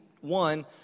one